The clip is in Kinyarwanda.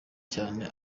cyane